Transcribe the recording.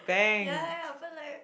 ya ya ya but like